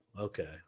Okay